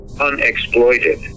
unexploited